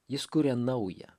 jis kuria naują